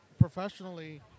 professionally